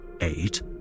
Eight